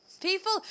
People